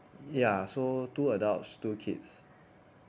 ya so two adults two kids